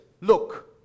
look